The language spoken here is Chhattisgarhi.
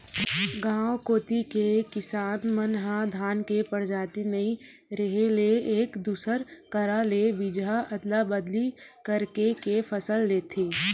गांव कोती के किसान मन ह धान के परजाति नइ रेहे ले एक दूसर करा ले बीजहा अदला बदली करके के फसल लेथे